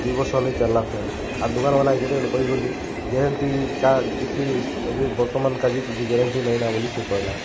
ଦୁଇ ବର୍ଷ ନେଇ ଚାଲିଲା ଫ୍ୟାନ୍ ଆର୍ ଦୁକାନ୍ବାଲା ଯେତେବେଳେ କହି ଗଲି ଗ୍ୟାରେଣ୍ଟି କାର୍ଡ଼ କିଛି ଏବେ ବର୍ତ୍ତମାନ କାର୍ଯ୍ୟେ କିଛି ଗ୍ୟାରେଣ୍ଟି ନେଇ ନା ବୋଲି ସେ କହିଲା